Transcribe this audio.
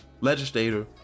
legislator